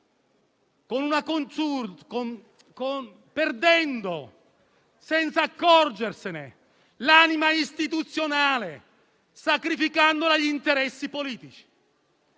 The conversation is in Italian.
perde, senza accorgersene, l'anima istituzionale, sacrificandola agli interessi politici.